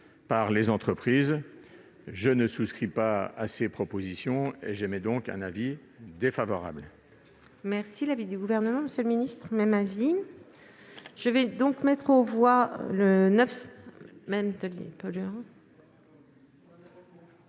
par les entreprises, je ne souscris pas à cette proposition. J'émets donc un avis défavorable